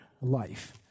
life